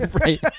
right